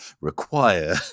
require